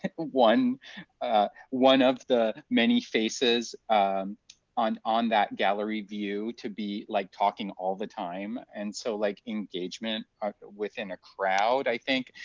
and one one of the many faces on on that gallery view to be like talking all the time. and so like engagement within a crowd, i think,